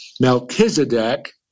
Melchizedek